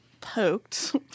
poked